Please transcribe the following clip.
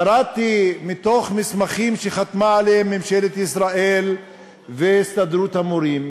קראתי מתוך מסמכים שחתמו עליהם ממשלת ישראל והסתדרות המורים,